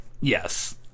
yes